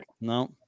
No